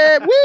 Woo